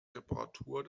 reparatur